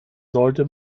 sollte